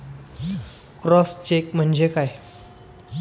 Cross check म्हणजे काय?